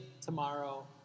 tomorrow